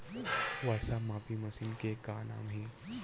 वर्षा मापी मशीन के का नाम हे?